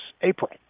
April